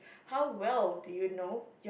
how well do you know